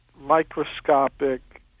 microscopic